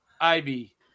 Ivy